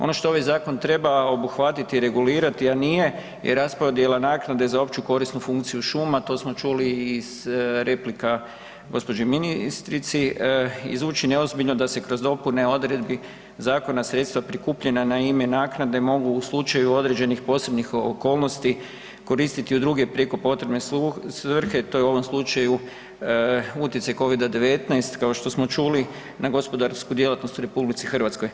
Ono što ovaj Zakon treba obuhvatiti i regulirati, a nije, je raspodjela naknade za opće korisnu funkciju šuma, to smo čuli i iz replika gđi. ministrici, izvučen je ozbiljno da se kroz dopune odredbi zakona sredstva prikupljena na ime naknade mogu u slučaju određenih posebnih okolnosti koristiti i u druge prijeko potrebne svrhe, to je u ovom slučaju utjecaj covid-19 kao što smo čuli na gospodarsku djelatnost u RH.